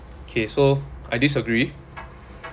okay so I disagree